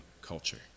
culture